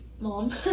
mom